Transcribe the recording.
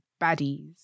baddies